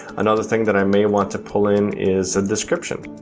another thing that i may want to pull in is a description.